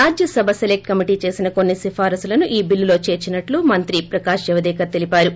Rajya Sabha select committee చేసిన కొన్ని సిఫారసులను ఈ చిల్లులో చేర్చినట్టు మంత్రి ప్రకాష్ జవదేకర్ తెలిపారు